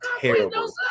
terrible